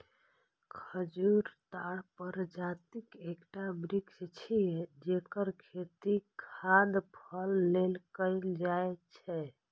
खजूर ताड़ प्रजातिक एकटा वृक्ष छियै, जेकर खेती खाद्य फल लेल कैल जाइ छै